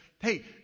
Hey